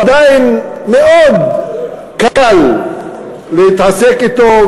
עדיין מאוד קל להתעסק אתו,